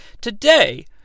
today